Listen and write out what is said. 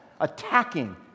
attacking